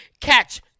catch